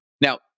Now